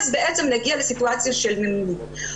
אז בעצם נגיע לסיטואציה של ממונים.